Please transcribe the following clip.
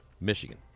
Michigan